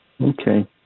Okay